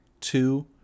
two